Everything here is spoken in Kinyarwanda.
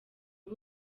uba